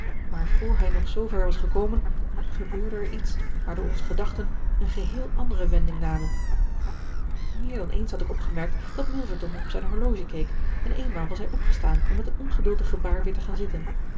maar voor hij nog zoover was gekomen gebeurde er iets waardoor onze gedachten een geheel andere wending namen meer dan eens had ik opgemerkt dat milverton op zijn horloge keek en eenmaal was hij opgestaan om met een ongeduldig gebaar weer te gaan zitten